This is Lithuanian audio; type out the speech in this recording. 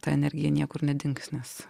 ta energija niekur nedings nes